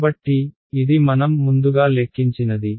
కాబట్టి ఇది మనం ముందుగా లెక్కించినది